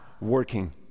working